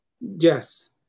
Yes